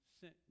sent